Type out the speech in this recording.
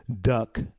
duck